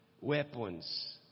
weapons